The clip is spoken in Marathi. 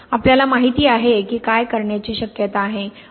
आपल्याला माहित आहे की काय करण्याची शक्यता आहे